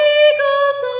eagles